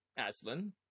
Aslan